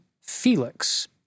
Felix